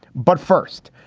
but first,